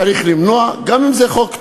צריך למנוע, גם אם זה חוק טוב.